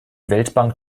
weltbank